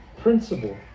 principle